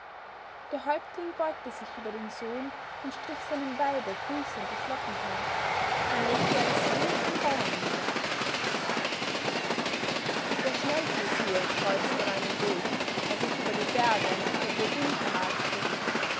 der häuptling beugte sich über den sohn und strich seinem weibe grüßend das lockenhaar dann legte er das wild am baume nieder der schnellfuß hier kreuzte meinen weg als ich über die berge nach der burgundenmark schritt